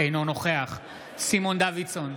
אינו נוכח סימון דוידסון,